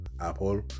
Apple